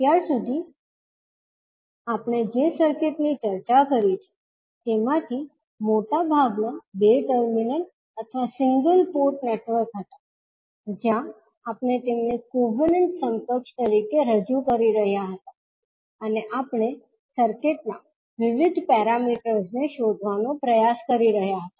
અત્યાર સુધી આપણે જે સર્કિટની ચર્ચા કરી છે તેમાંથી મોટાભાગના બે ટર્મિનલ અથવા સિંગલ પોર્ટ નેટવર્ક હતા જ્યાં આપણે તેમને કોવેનંટ સમકક્ષ તરીકે રજૂ કરી રહ્યા હતા અને આપણે સર્કિટના વિવિધ પેરામીટર્સ ને શોધવાનો પ્રયાસ કરી રહ્યા હતા